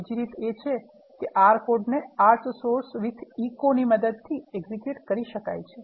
બીજી રીત એ છે કે R કોડને R source with echo ની મદદથી execute કરી શકાય છે